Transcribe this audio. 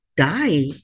Die